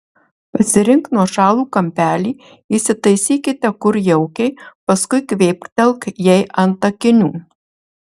pasirink nuošalų kampelį įsitaisykite kur jaukiai paskui kvėptelk jai ant akinių